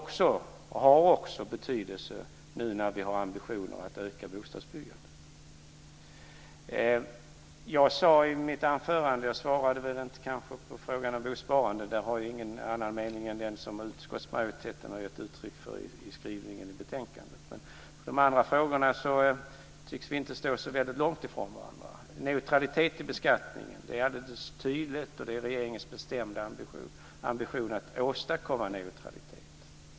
Det har också betydelse nu när vi har ambitionen att öka bostadsbyggandet. I mitt anförande svarade jag kanske inte på frågan om bosparande. Där har jag ingen annan mening än den som utskottsmajoriteten har gett uttryck för i skrivningen i betänkandet. När det gäller de andra frågorna tycks vi inte stå så väldigt långt ifrån varandra. I fråga om neutralitet i beskattningen är det regeringens bestämda ambition att åstadkomma neutralitet.